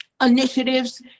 initiatives